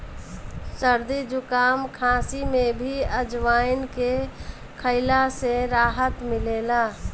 सरदी जुकाम, खासी में भी अजवाईन के खइला से राहत मिलेला